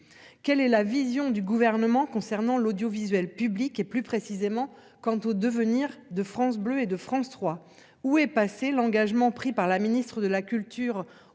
Quelle est la vision du Gouvernement concernant l'audiovisuel public et, plus précisément, le devenir de France Bleu et France 3 ? Où est passé l'engagement pris par la ministre de la culture